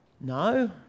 No